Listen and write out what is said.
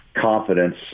confidence